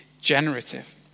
generative